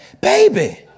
baby